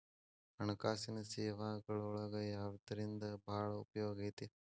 ಹಣ್ಕಾಸಿನ್ ಸೇವಾಗಳೊಳಗ ಯವ್ದರಿಂದಾ ಭಾಳ್ ಉಪಯೊಗೈತಿ?